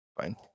Fine